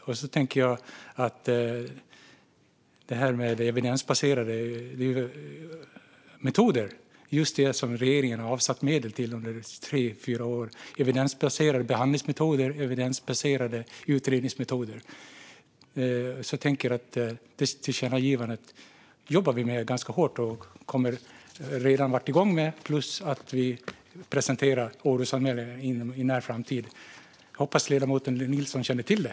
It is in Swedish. Jag tänker också på tillkännagivandet om evidensbaserade metoder. Just det har regeringen avsatt medel till under tre fyra år - evidensbaserade behandlingsmetoder och evidensbaserade utredningsmetoder. Det är alltså något som vi redan är igång med och jobbar med ganska hårt, plus att vi presenterar utredningen om orosanmälningar i en nära framtid. Jag hoppas att ledamoten Nilsson känner till det.